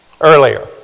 earlier